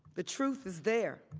the truth is there.